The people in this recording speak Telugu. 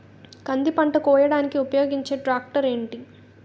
కంది పంట కోయడానికి ఉపయోగించే ట్రాక్టర్ ఏంటి?